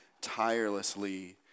tirelessly